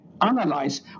analyze